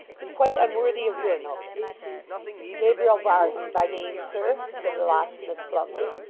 and quite unworthy of your notice gabriel varden by name, sir said the locksmith bluntly.